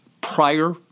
prior